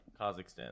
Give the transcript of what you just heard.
Kazakhstan